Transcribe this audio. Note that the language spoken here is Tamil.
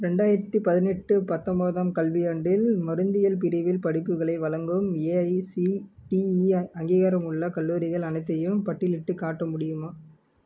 ரெண்டாயிரத்தி பதினெட்டு பத்தொம்போதாம் கல்வியாண்டில் மருந்தியல் பிரிவில் படிப்புகளை வழங்கும் ஏஐசிடிஇ அங்கீகாரமுள்ள கல்லூரிகள் அனைத்தையும் பட்டியலிட்டுக் காட்ட முடியுமா